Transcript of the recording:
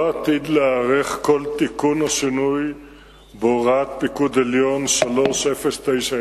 לא עתיד להיערך כל תיקון או שינוי בהוראת פיקוד עליון 3.0903,